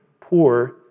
poor